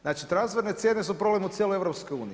Znači, transferne cijene su problem u cijeloj EU.